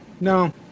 No